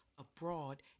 Abroad